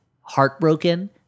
heartbroken